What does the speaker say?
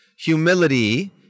humility